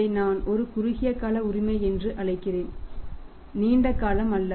இதை நான் ஒரு குறுகியகால உரிமை என்று அழைக்கிறேன் நீண்ட காலம் அல்ல